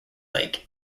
lake